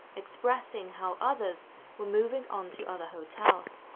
expressing how others were moving on to other hotels.